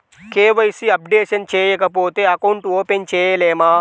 KYC updation చేయకపోతే account open చేయలేమా?